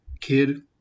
kid